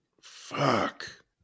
Fuck